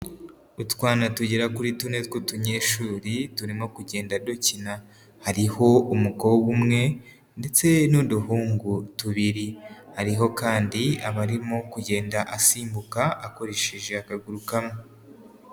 Utwana tugera kuri tune tw'utunyeshuri turimo kugenda dukina, hariho umukobwa umwe ndetse n'uduhungu tubiri, hariho kandi abamo kugenda asimbuka akoresheje akaguru kamwe.